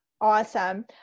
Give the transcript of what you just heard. Awesome